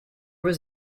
was